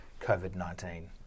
COVID-19